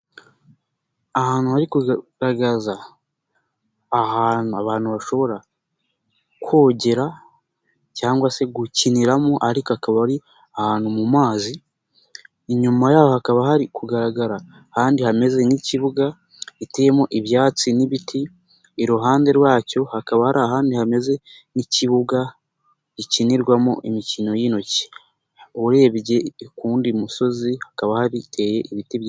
Ahantu hari kugaragaza ahantu abantu bashobora kogera cyangwa se gukiniramo ariko akaba ari ahantu mu mazi, inyuma yaho hakaba hari kugaragara ahandi hameze nk'ikibuga itiyerimo ibyatsi n'ibiti, iruhande rwacyo hakaba hari ahandi hameze nk'ikibuga gikinirwamo imikino y'intoki. Urebye ku wundi musozi, hakaba hateye ibiti.